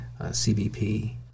CBP